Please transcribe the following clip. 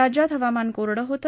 राज्यात हवामान कोरडं होतं